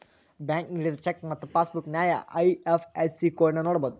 bank ನೇಡಿದ cheque ಮತ್ತ passbook ನ್ಯಾಯ ಐ.ಎಫ್.ಎಸ್.ಸಿ ಕೋಡ್ನ ನೋಡಬೋದು